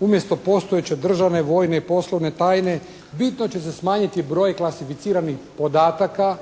umjesto postojeće državne, vojne i poslovne tajne bitno će se smanjiti broj klasificiranih podataka